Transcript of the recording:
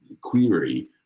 query